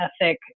ethic